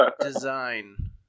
design